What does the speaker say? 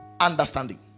Understanding